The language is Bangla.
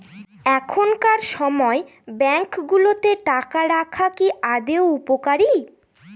এখনকার সময় ব্যাঙ্কগুলোতে টাকা রাখা কি আদৌ উপকারী?